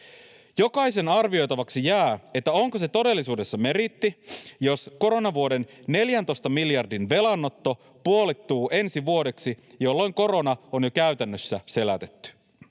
Jokaisen arvioitavaksi jää, onko se todellisuudessa meriitti, jos koronavuoden 14 miljardin velanotto puolittuu ensi vuodeksi, jolloin korona on jo käytännössä selätetty.